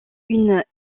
une